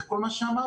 זה כל מה שאמרתי.